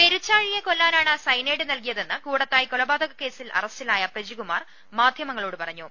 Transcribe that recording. പെരുച്ചാഴിയെ കൊല്ലാനാണ് സയനൈഡ് നൽകിയതെന്ന് കൂട ത്തായ് കൊലപാതക കേസിൽ അറസ്റ്റിലായ പ്രജികുമാർ മാധ്യമ ങ്ങളോട് പറഞ്ഞു